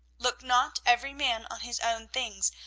look not every man on his own things,